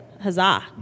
huzzah